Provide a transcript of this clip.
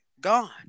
Gone